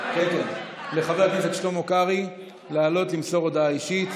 לחבר הכנסת שלמה קרעי לעלות למסור הודעה אישית.